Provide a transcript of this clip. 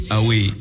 away